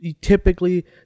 typically